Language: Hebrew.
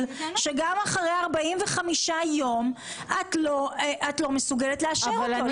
שגם לאחר 45 יום את לא מסוגלת לאשר אותו.